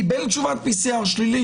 קיבל תשובת PCR שלילית,